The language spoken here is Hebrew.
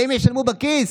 והם ישלמו בכיס.